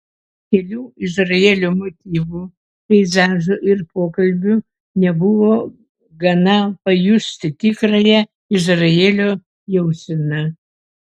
kelių izraelio motyvų peizažų ir pokalbių nebuvo gana pajusti tikrąją izraelio jauseną